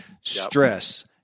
stress